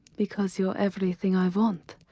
because you're everything i want.